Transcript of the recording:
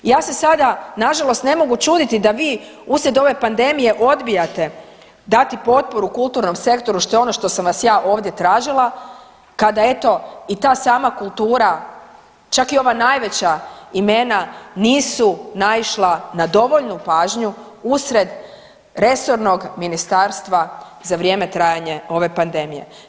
I ja se sada nažalost ne mogu čuditi da vi uslijed ove pandemije odbijate dati potporu kulturnom sektoru što je ono što sam vas ja ovdje tražila kada eto i ta sama kultura, čak i ova najveća imena nisu naišla na dovoljnu pažnju uslijed resornog ministarstva za vrijeme trajanja ove pandemije.